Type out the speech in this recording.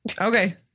okay